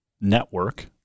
network